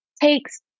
takes